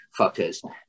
fuckers